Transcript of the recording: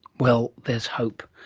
well, there's hope.